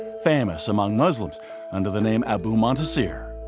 famous among muslims under the name abu muntassir.